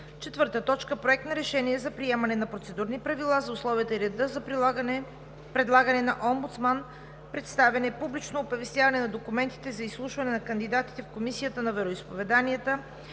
февруари 2020 г. 4. Проект на решение за приемане на Процедурни правила за условията и реда за предлагане на омбудсман, представяне, публично оповестяване на документите и изслушване на кандидатите в Комисията по вероизповеданията